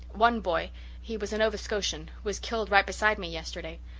one boy he was a nova scotian was killed right beside me yesterday.